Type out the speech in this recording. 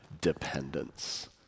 dependence